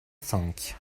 cinq